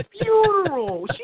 Funeral